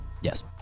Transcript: Yes